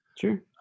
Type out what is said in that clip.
Sure